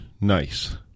nice